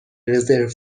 رزرو